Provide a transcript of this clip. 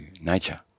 nature